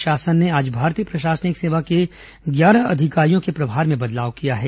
राज्य शासन ने आज भारतीय प्रशासनिक सेवा के ग्यारह अधिकारियों के प्रभार में बदलाव किया है